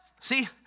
See